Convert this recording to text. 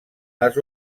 les